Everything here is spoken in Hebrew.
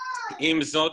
עם זאת,